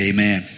Amen